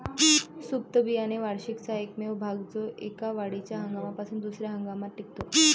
सुप्त बियाणे वार्षिकाचा एकमेव भाग जो एका वाढीच्या हंगामापासून दुसर्या हंगामात टिकतो